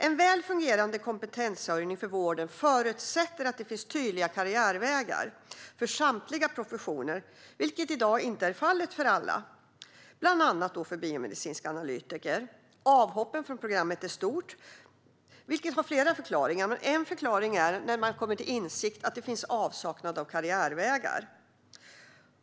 En väl fungerande kompetensförsörjning inom vården förutsätter att det finns tydliga karriärvägar för samtliga professioner, vilket i dag inte alltid är fallet; det gäller bland annat biomedicinska analytiker. Avhoppen från programmet är stora, vilket har flera förklaringar. En är att man kommer till insikt om att det saknas karriärvägar.